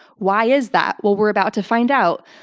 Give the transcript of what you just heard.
why is that? well, we're about to find out.